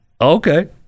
okay